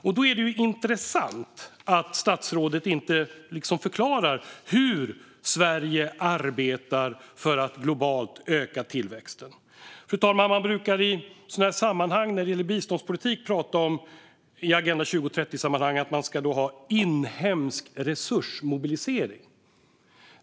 Därför är det intressant att statsrådet inte förklarar hur Sverige arbetar för att globalt öka tillväxten. Fru talman! När det gäller biståndspolitik brukar man i Agenda 2030-sammanhang prata om att man ska ha inhemsk resursmobilisering.